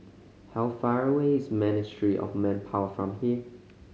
how far away is Ministry of Manpower from here